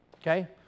Okay